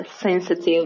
sensitive